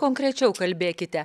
konkrečiau kalbėkite